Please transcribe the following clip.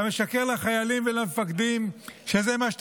אתה משקר לחיילים ולמפקדים שזה מה אתה